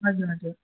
हजुर हजुर